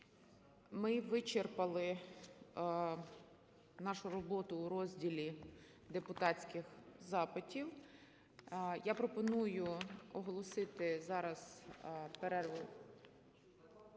Ми вичерпали нашу роботу у розділі депутатських запитів. Я пропоную оголосити зараз перерву…